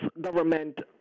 government